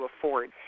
afford